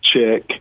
check